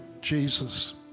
Jesus